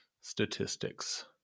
statistics